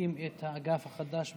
משיקים את האגף החדש במשטרה.